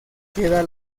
queda